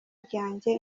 ryanjye